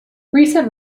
recent